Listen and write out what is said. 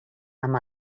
amb